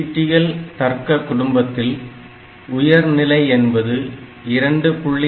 TTL தர்க்க குடும்பத்தில் உயர் நிலை என்பது 2